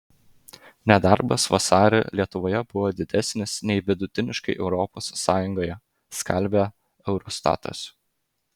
nedarbas vasarį lietuvoje buvo didesnis nei vidutiniškai europos sąjungoje skelbia eurostatas